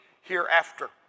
hereafter